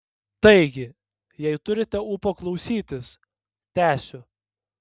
taigi jei turite ūpo klausytis tęsiu